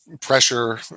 pressure